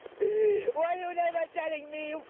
why you never telling me.